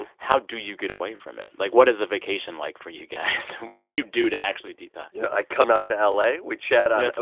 how do you get away from it? like, what is a vacation like for you guys? what do you do to actually detox? yeah, i come out to la. we chat on. so